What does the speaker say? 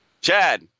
Chad